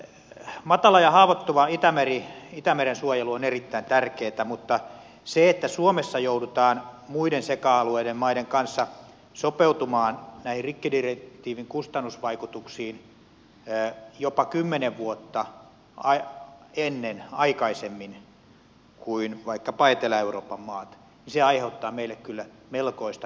matalan ja haavoittuvan itämeren suojelu on erittäin tärkeätä mutta se että suomessa joudutaan muiden seca alueen maiden kanssa sopeutumaan näihin rikkidirektiivin kustannusvaikutuksiin jopa kymmenen vuotta aikaisemmin kuin vaikkapa etelä euroopan maissa aiheuttaa meille kyllä melkoista kilpailukykyhaastetta